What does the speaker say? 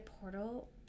Portal